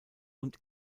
und